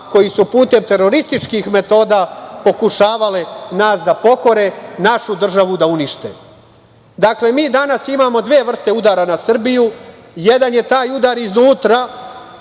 koji su putem terorističkih metoda pokušavale nas da pokore, našu državu da unište. Dakle, mi danas imamo dve vrste udara na Srbiju. Jedan je taj udar iznutra,